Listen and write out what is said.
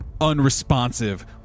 unresponsive